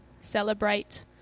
celebrate